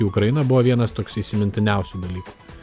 į ukrainą buvo vienas toks įsimintiniausių dalykų